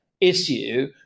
issue